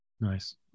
Nice